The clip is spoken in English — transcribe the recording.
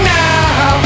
now